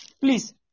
Please